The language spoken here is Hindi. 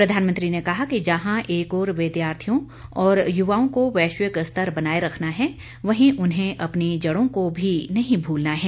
प्रधानमंत्री ने कहा कि जहां एक ओर विद्यार्थियों और युवाओं को वैश्विक स्तर बनाए रखना है वहीं उन्हें अपनी जड़ों को भी नहीं भूलना है